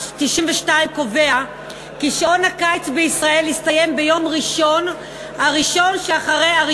קובע כי שעון הקיץ בישראל יסתיים ביום ראשון הראשון שאחרי 1